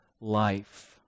life